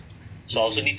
mm